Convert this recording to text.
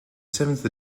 seventh